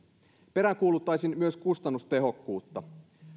peräänkuuluttaisin myös kustannustehokkuutta